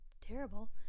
terrible